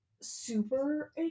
super